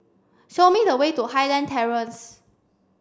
show me the way to Highland Terrace